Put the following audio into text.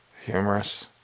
humerus